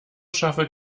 schaffe